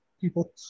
people